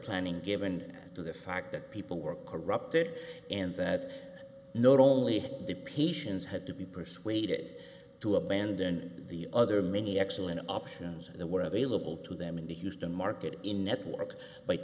planning given to the fact that people were corrupted and that not only the patients had to be persuaded to abandon the other many excellent options that were available to them in the houston market in network